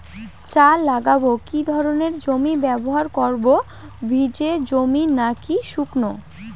চা লাগাবো কি ধরনের জমি ব্যবহার করব ভিজে জমি নাকি শুকনো?